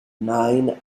nine